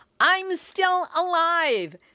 I'm-still-alive